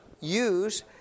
use